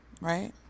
right